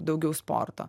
daugiau sporto